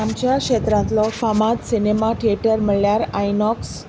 आमच्या क्षेत्रांतलो फामाद सिनेमा थिएटर म्हळ्यार आयनॉक्स